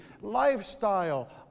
lifestyle